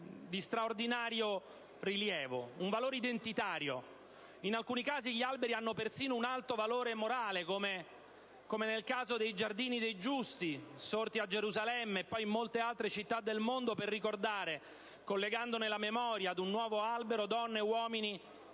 di straordinario rilievo. In alcuni casi, gli alberi hanno persino un alto valore morale, come nel caso dei Giardini dei Giusti sorti a Gerusalemme, e poi in molte altre città del mondo, per ricordare, collegandone la memoria ad ogni nuovo albero, donne e uomini